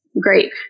Great